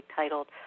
titled